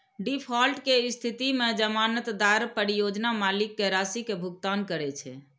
default के स्थिति मे जमानतदार परियोजना मालिक कें राशि के भुगतान करै छै